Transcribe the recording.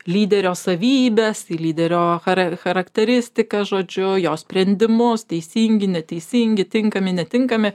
lyderio savybes į lyderio chara charakteristiką žodžiu jo sprendimus teisingi neteisingi tinkami netinkami